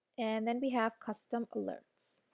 and then we have custom alerts.